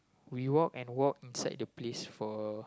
we walk and walk inside the place for